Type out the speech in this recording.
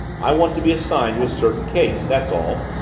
i want to be assigned to a certain case that's all.